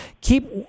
keep